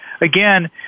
Again